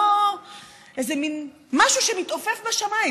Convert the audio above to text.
איזה מין משהו שמתעופף בשמיים,